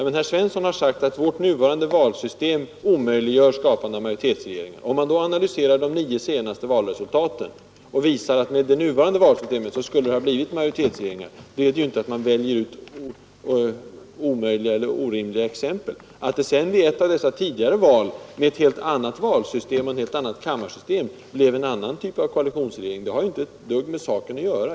Herr Svensson har sagt att vårt nuvarande valsystem omöjliggör skapandet av en majoritetsregering. Om man då analyserar de nio senaste valresultaten och visar att det med nuvarande valsystem skulle ha blivit majoritetsregering i sex av dem, så betyder detta inte att man väljer ut omöjliga eller orimliga exempel. Att det sedan i ett av dessa tidigare val med ett helt annat valsystem och ett helt annat kammarsystem blev en annan typ av koalitationsregering har inte med saken att göra.